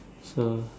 so